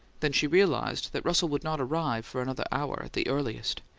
then she realized that russell would not arrive for another hour, at the earliest,